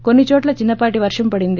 కొన్సిచోట్ల చిన్స పాటి వర్షం పడింది